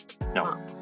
No